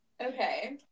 okay